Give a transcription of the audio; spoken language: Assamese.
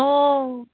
অঁ